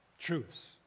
truths